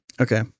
Okay